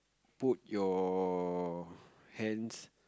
put your hands